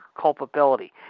culpability